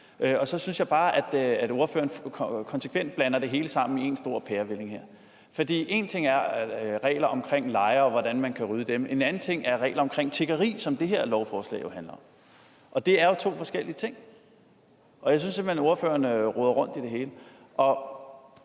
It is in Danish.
Så synes jeg bare, at ordføreren konsekvent blander det hele sammen i en stor pærevælling. En ting er regler om lejre, og hvordan man kan rydde dem. En anden ting er regler om tiggeri, som det her lovforslag jo handler om, og det er to forskellige ting. Jeg synes simpelt hen, at ordføreren roder rundt i det hele.